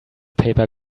paper